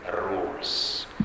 rules